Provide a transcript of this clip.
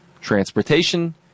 transportation